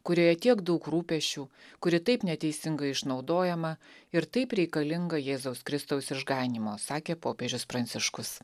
kurioje tiek daug rūpesčių kuri taip neteisingai išnaudojama ir taip reikalinga jėzaus kristaus išganymo sakė popiežius pranciškus